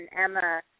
Emma